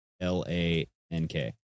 L-A-N-K